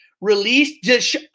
released –